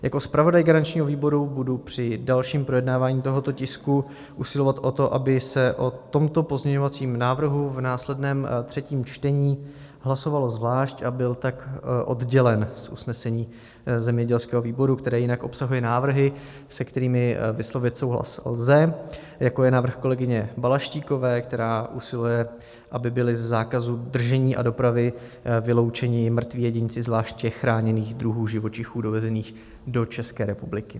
Jako zpravodaj garančního výboru budu při dalším projednávání tohoto tisku usilovat o to, aby se o tomto pozměňovacím návrhu v následném třetím čtení hlasovalo zvlášť a byl tak oddělen z usnesení zemědělského výboru, které jinak obsahuje návrhy, se kterými vyslovit souhlas lze, jako je návrh kolegyně Balaštíkové, která usiluje o to, aby byli ze zákazu držení a dopravy vyloučeni mrtví jedinci zvláště chráněných druhů živočichů dovezených do České republiky.